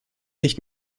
nicht